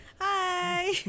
Hi